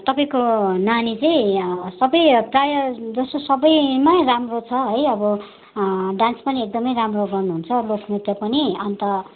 तपाईँको नानी चाहिँ सबै प्रायःजसो सबैमा राम्रो छ है अब डान्स पनि एकदमै राम्रो गर्नुहुन्छ लोकनृत्य पनि अनि त